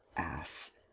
ass!